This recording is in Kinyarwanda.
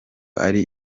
ari